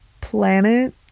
planet